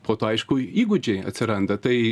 po to aišku įgūdžiai atsiranda tai